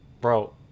Bro